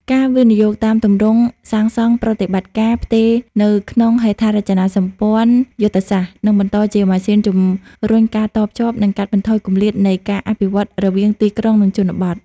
ការវិនិយោគតាមទម្រង់ សាងសង់-ប្រតិបត្តិការ-ផ្ទេរនៅក្នុងហេដ្ឋារចនាសម្ព័ន្ធយុទ្ធសាស្ត្រ នឹងបន្តជាម៉ាស៊ីនជំរុញការតភ្ជាប់ និងកាត់បន្ថយគម្លាតនៃការអភិវឌ្ឍរវាងទីក្រុង និងជនបទ។